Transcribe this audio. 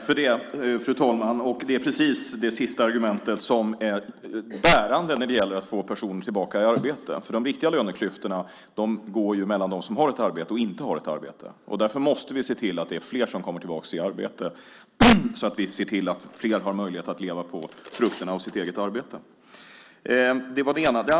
Fru talman! Det är just det sista argumentet som är det bärande när det gäller att få personer tillbaka i arbete. De viktiga löneklyftorna går ju mellan dem som har ett arbete och dem som inte har ett arbete. Vi måste se till att fler kommer tillbaka i arbete så att fler har möjlighet att leva på frukterna av sitt eget arbete.